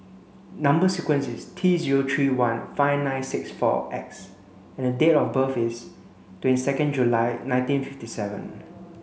number sequence is T zero three one five nine six four X and the date of birth is twenty second July nineteen fifty seven